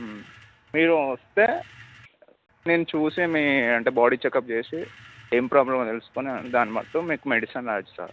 మీరు వస్తే నేను చూసి మీ అంటే బాడీ చెకప్ చేసి ఏమి ప్రాబ్లమో తెలుసుకుని దాన్నిబట్టి మీకు మెడిసన్ రాస్తాను